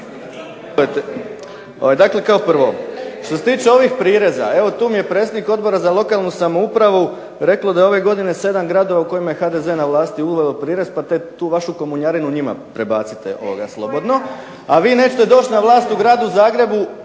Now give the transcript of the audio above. Dakle kao prvo, što se tiče ovih prireza, evo tu mi je predsjednik Odbora za lokalnu samoupravo reklo da je ove godine 7 gradova u kojima je HDZ na vlasti uvelo prirez pa tu vašu komunjariju njima prebacite slobodno. A vi nećete doći na vlast u Gradu Zagrebu